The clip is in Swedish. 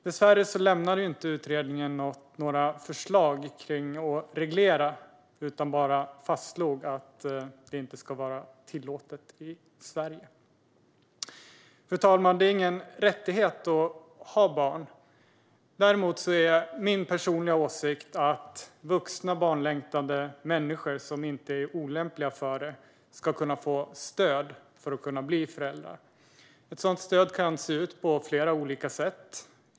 Dessvärre lämnade utredningen inte några förslag om reglering utan fastslog bara att det inte ska vara tillåtet i Sverige. Fru talman! Det är ingen rättighet att ha barn. Men min personliga åsikt är att vuxna barnlängtande människor som inte är olämpliga ska kunna få stöd för att kunna bli föräldrar. Ett sådant stöd kan se ut på fler olika sätt.